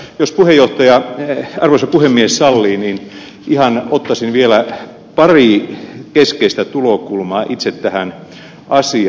jos arvoisa puhemies sallii ottaisin vielä pari keskeistä tulokulmaa itse tähän asiaan